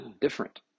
different